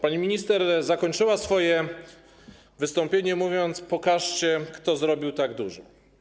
Pani minister zakończyła swoje wystąpienie, mówiąc: Pokażcie, kto zrobił tak dużo.